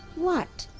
what?